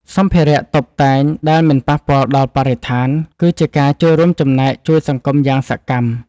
សម្ភារៈតុបតែងដែលមិនប៉ះពាល់ដល់បរិស្ថានគឺជាការចូលរួមចំណែកជួយសង្គមយ៉ាងសកម្ម។